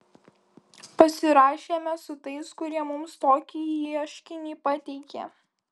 pasirašėme su tais kurie mums tokį ieškinį pateikė